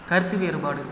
கருத்து வேறுபாடு